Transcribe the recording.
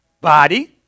body